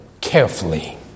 carefully